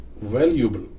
valuable